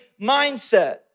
mindset